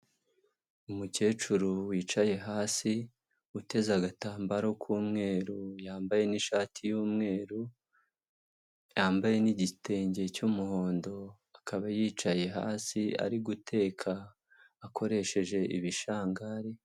Umukecuru wicaye hasi uteze agatambaro k'umweru yambaye n'ishati y'umweru, yambaye n'igitenge cy'umuhondo, akaba yicaye hasi ari guteka akoresheje ibishangari.